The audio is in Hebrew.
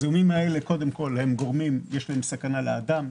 הזיהומים האלה, קודם כול, גורמים סכנה לאדם.